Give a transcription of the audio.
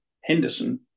Henderson